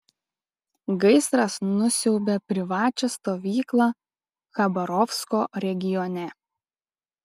gaisras nusiaubė privačią stovyklą chabarovsko regione